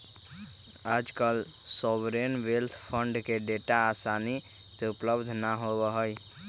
आजकल sovereign wealth fund के data आसानी से उपलब्ध ना होबा हई